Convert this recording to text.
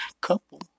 couple